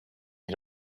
you